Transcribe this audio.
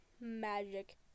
magic